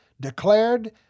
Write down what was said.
declared